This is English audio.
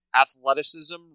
athleticism